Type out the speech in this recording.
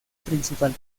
principal